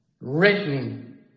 written